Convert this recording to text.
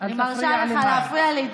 אני מרשה לך להפריע לי,